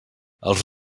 els